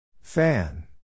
Fan